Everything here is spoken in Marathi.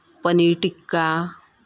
पनीर टिक्का